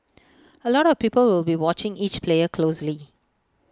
A lot of people will be watching each player closely